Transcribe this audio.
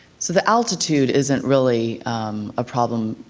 so the altitude isn't really a problem,